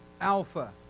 Alpha